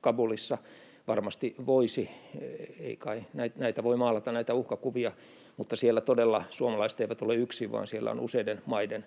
Kabulissa? Varmasti voisi. Näitä uhkakuvia voi maalata, mutta siellä suomalaiset eivät todellakaan ole yksin, vaan siellä on useiden maiden